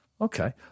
Okay